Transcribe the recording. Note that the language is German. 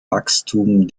wachstum